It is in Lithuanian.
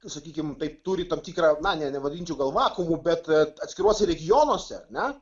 sakykim taip turi tam tikrą na ne nevadinčiau vakuumu bet atskiruose regionuose na